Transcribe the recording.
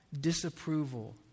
disapproval